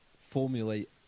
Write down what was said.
formulate